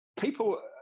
people